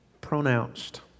pronounced